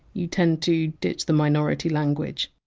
you tend to ditch the minority language.